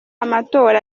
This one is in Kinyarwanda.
amatora